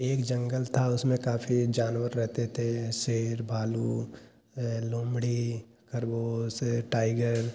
एक जंगल था उसमें काफ़ी जानवर रहते थे शेर भालू लोमड़ी खरगोश टाइगर